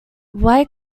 why